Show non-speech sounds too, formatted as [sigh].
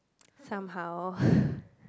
somehow [breath]